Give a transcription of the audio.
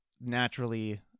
naturally